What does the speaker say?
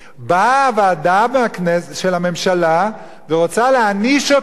באה ועדה של הממשלה ורוצה להעניש אותם,